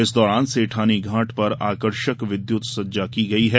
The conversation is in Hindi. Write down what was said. इस दौरान सेठानी घांट पर आकर्षक विद्युत सज्जा की गई है